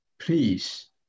please